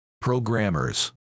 programmers